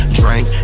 drink